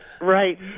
Right